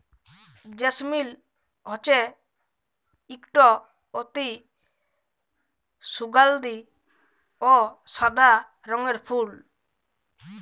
জেসমিল হছে ইকট অতি সুগাল্ধি অ সাদা রঙের ফুল